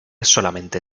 solamente